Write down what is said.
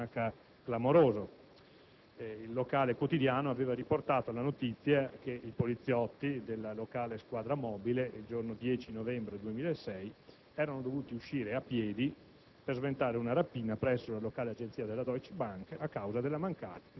L'interrogazione, come lei ha ricordato, prendeva spunto da un fatto di cronaca clamoroso: il locale quotidiano aveva riportato la notizia che i poliziotti della squadra mobile del posto, il giorno 10 novembre 2006, erano dovuti uscire a piedi